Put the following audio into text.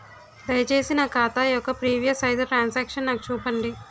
దయచేసి నా ఖాతా యొక్క ప్రీవియస్ ఐదు ట్రాన్ సాంక్షన్ నాకు చూపండి